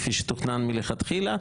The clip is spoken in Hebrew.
כפי שתוכנן מלכתחילה,